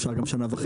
אפשר עוד שנה וחצי.